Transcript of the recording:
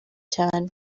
cyane